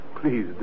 Please